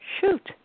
Shoot